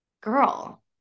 girl